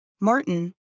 Martin